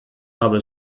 aber